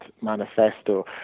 manifesto